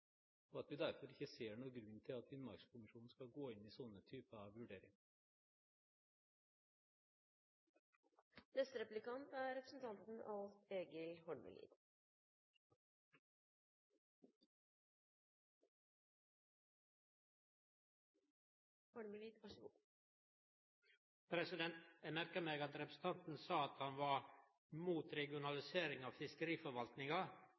og at vi derfor ikke ser noen grunn til at Finnmarkskommisjonen skal gå inn i sånne typer vurderinger. Eg merka meg at representanten sa at han var imot regionalisering av fiskeriforvaltinga. Eg vil gjerne då vite: Meiner han